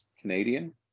Canadian